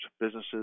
businesses